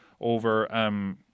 over